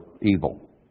evil